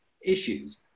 issues